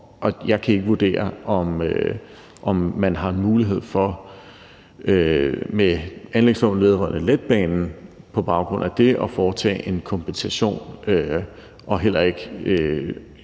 jeg kan ikke vurdere, om man har mulighed for med anlægsloven vedrørende letbanen på baggrund af det at foretage en kompensation, heller ikke